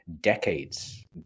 decades